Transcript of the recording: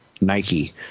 Nike